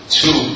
two